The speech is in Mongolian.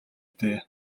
дээ